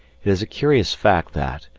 it is a curious fact that,